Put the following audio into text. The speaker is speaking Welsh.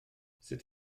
sut